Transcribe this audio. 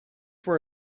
were